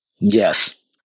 Yes